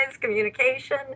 communication